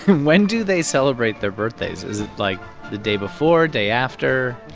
when do they celebrate their birthdays? is it like the day before? day after?